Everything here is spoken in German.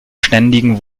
ständigen